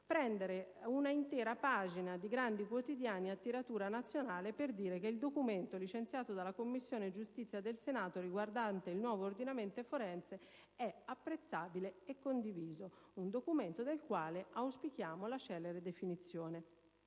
prendere una intera pagina di grandi quotidiani a tiratura nazionale per dire che il documento licenziato dalla Commissione giustizia del Senato, riguardante il nuovo ordinamento forense, è apprezzabile e condiviso, un documento del quale si auspica la celere definizione.